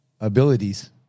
abilities